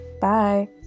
Bye